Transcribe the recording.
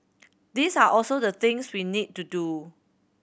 these are also the things we need to do